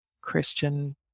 Christian